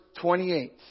28